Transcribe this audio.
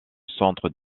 centre